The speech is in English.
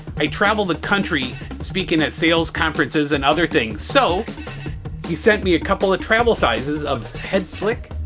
i travel the country speaking at sales conferences and other things so he sent me a couple of travel sizes of head slick